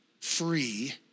free